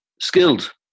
skilled